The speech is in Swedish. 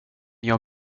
jag